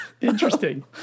Interesting